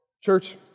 Church